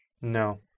No